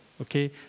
okay